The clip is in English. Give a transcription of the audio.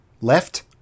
left